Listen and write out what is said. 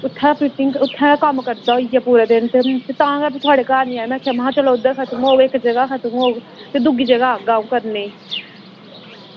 इत्थां फिटिंग उत्थैं गै कम्म करदे होई गेआ पूरा दिन ते तां गै अज्ज थुआढ़े घर निं आया में आखेआ महां उद्धर खतम होग इक जगह् खतम होग ना ते दूजी जगह आह्गा अं'ऊ करने ई